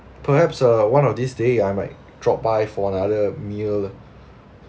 perhaps uh one of these day I might drop by for another meal